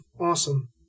Awesome